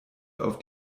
auf